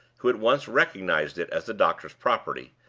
who at once recognized it as the doctor's property,